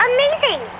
Amazing